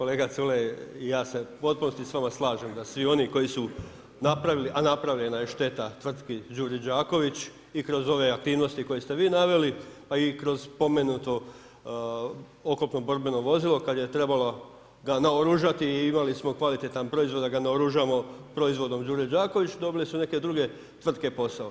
Kolega Culej, ja se u potpunosti s vama slažem, da svi oni koji su napravljeni, a napravljena je šteta tvrtki Đuri Đaković i kroz ove aktivnosti, koje ste vi naveli, pa i kroz spomenuto oklopno borbeno vozilo, kad ga je trebalo naoružati i imali smo kvalitetan proizvod da ga naoružamo proizvodom Đure Đaković, dobile su neke druge tvrtke posao.